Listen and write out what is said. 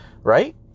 Right